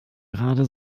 gerade